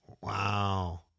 Wow